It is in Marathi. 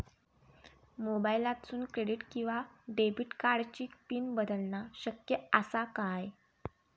मोबाईलातसून क्रेडिट किवा डेबिट कार्डची पिन बदलना शक्य आसा काय?